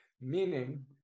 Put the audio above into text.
meaning